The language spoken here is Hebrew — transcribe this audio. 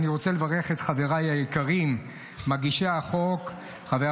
אני רוצה לברך את חבריי היקרים, מגישי החוק, חבר